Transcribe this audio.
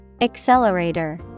Accelerator